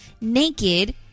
naked